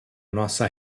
nossa